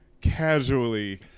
casually